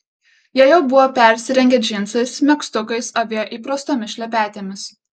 jie jau buvo persirengę džinsais megztukais avėjo įprastomis šlepetėmis